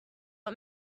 are